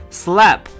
slap